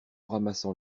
ramassant